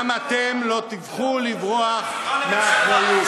גם אתם לא תוכלו לברוח מאחריות.